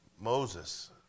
Moses